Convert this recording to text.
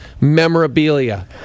memorabilia